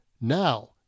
Now